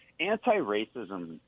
anti-racism